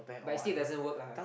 but it still doesn't work lah